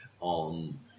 on